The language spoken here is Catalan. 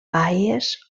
baies